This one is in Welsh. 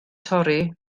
torri